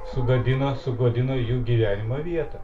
sugadino sugodino jų gyvenimo vietą